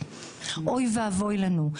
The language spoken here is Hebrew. אוי ואבוי לנו.